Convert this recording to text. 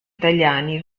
italiani